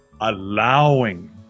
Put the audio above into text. allowing